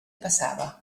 passava